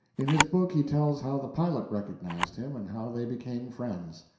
in his book he tells how the pilot recognized him and how they became friends.